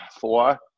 four